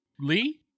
Lee